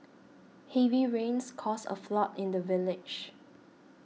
heavy rains caused a flood in the village